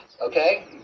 Okay